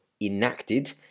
enacted